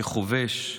כחובש,